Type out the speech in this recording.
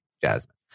Jasmine